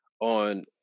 on